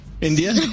India